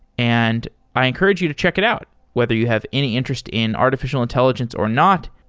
and i encourage you to check it out whether you have any interest in artificial intelligence or not.